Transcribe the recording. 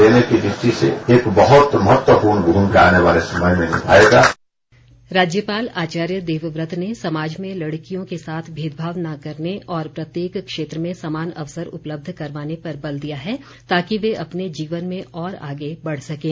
देवव्रत राज्यपाल आचार्य देवव्रत ने समाज में लड़कियों के साथ भेदभाव न करने और प्रत्येक क्षेत्र में समान अवसर उपलब्ध करवाने पर बल दिया है ताकि वे अपने जीवन में और आगे बढ़ सकें